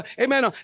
amen